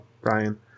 Brian